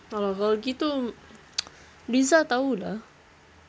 !alah! kalau gitu rizal tahu lah